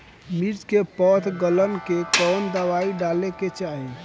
मिर्च मे पौध गलन के कवन दवाई डाले के चाही?